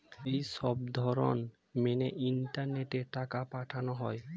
এই সবধরণ মেনে ইন্টারনেটে টাকা পাঠানো হয়